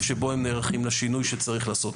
שבו הם נערכים לשינוי שצריך לעשות,